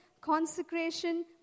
consecration